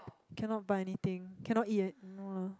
cannot buy anything cannot eat animal